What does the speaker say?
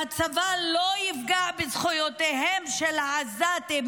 שהצבא לא יפגע בזכויותיהם של העזתים